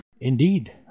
Indeed